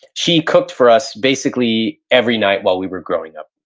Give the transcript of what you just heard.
she cooked for us, basically every night while we were growing up.